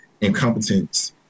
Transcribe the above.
incompetence